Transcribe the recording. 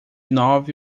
nove